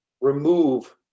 remove